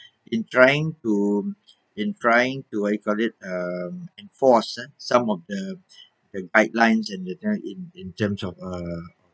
in trying to in trying to what you call it um enforce ah some of the the guidelines and the in in terms of uh